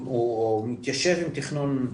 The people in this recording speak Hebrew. הוא מתיישר עם תכנון,